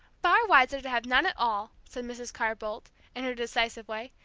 far wiser to have none at all, said mrs. carr-boldt, in her decisive way,